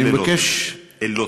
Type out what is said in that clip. חבל אֵילות.